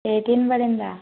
eighteen పడిందా